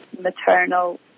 maternal